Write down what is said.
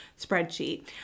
spreadsheet